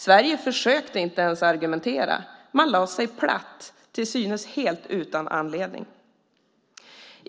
Sverige försökte inte ens argumentera - man lade sig platt, till synes helt utan anledning.